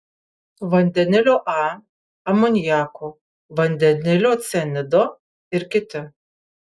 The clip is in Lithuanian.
vandenilio a amoniako vandenilio cianido ir kiti